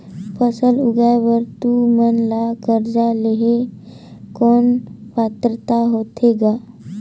फसल उगाय बर तू मन ला कर्जा लेहे कौन पात्रता होथे ग?